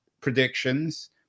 predictions